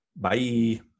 Bye